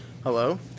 Hello